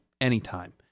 anytime